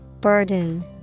Burden